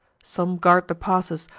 some guard the passes,